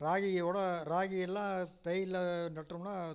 ராகியை கூட ராகி எல்லாம் தையில் நட்டோமுனா